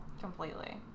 Completely